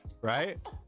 right